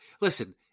listen